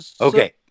Okay